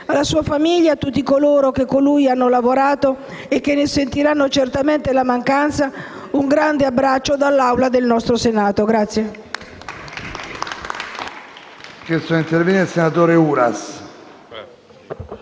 Alla sua famiglia e a tutti coloro che con lui hanno lavorato e che ne sentiranno certamente la mancanza va un grande abbraccio dall'Assemblea del Senato.